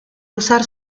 usar